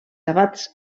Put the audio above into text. abats